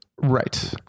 Right